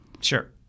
Sure